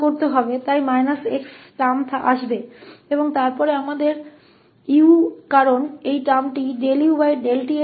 और फिर हमारे पास इस शब्द ut के एकीकरण के कारण u है